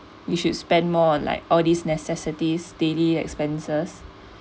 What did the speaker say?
you should spend more like all these necessities daily expenses